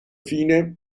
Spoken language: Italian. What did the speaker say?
fine